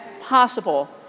possible